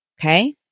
Okay